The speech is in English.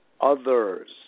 others